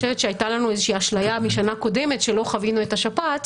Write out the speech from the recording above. הייתה לנו אשליה משנה קודמת שלא חווינו את השפעת,